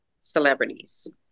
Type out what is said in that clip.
celebrities